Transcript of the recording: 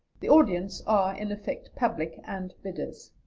the audience are in effect public and bidders.